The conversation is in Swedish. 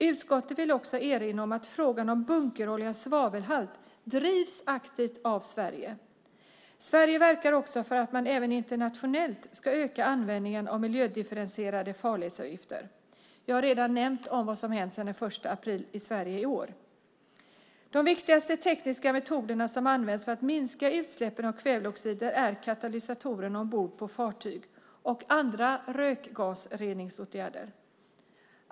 Utskottet vill också erinra om att frågan om bunkeroljans svavelhalt drivs aktivt av Sverige. Sverige verkar också för att man även internationellt ska öka användningen av miljödifferentierade farledsavgifter. Jag har redan nämnt vad som hänt sedan den 1 april i år i Sverige. De viktigaste tekniska metoderna som används för att minska utsläppen av kväveoxider är katalysatorer ombord på fartyg och andra rökgasreningsåtgärder.